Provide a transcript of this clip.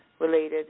related